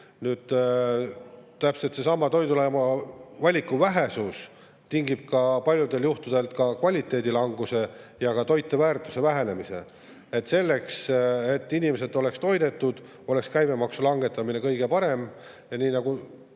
Täpselt seesama toidulaua valiku vähesus tingib paljudel juhtudel ka kvaliteedi languse ja toiteväärtuse vähenemise. Selleks et inimesed oleks toidetud, oleks käibemaksu langetamine kõige parem [otsus]. Nagu